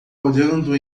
olhando